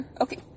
Okay